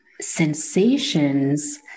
sensations